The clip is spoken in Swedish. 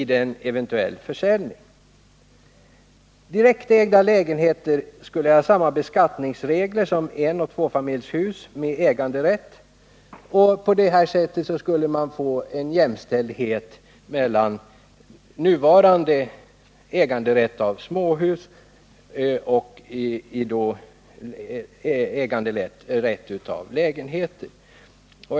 Direktägda lägenheter skall ha samma beskattningsregler som enoch tvåfamiljshus med äganderätt. Därmed skulle man få en jämställdhet mellan nuvarande äganderätt till småhus och äganderätt till lägenheter.